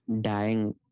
dying